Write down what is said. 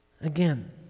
again